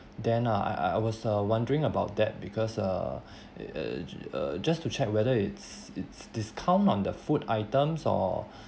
then uh I I I was uh wondering about that because uh uh uh just to check whether it's it's discount on the food items or